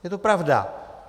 Je to pravda.